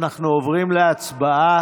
אנחנו עוברים להצבעה.